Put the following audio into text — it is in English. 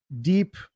deep